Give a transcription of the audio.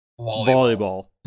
volleyball